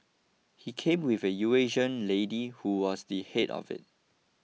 he came with a Eurasian lady who was the head of it